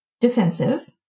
defensive